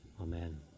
Amen